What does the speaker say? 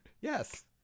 Yes